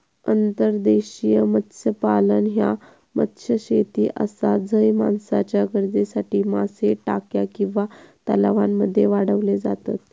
अंतर्देशीय मत्स्यपालन ह्या मत्स्यशेती आसा झय माणसाच्या गरजेसाठी मासे टाक्या किंवा तलावांमध्ये वाढवले जातत